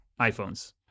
iPhones